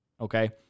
okay